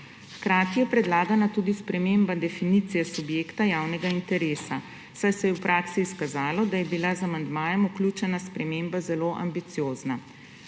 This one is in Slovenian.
Hkrati je predlagana tudi sprememba definicije subjekta javnega interesa, saj se je v praksi izkazalo, da je bila z amandmajem vključena sprememba zelo ambiciozna.